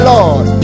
Lord